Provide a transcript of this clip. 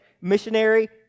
missionary